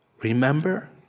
Remember